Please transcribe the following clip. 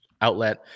outlet